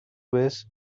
vez